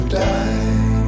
die